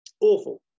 Awful